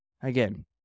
Again